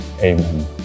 Amen